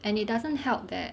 and it doesn't help that